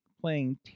playing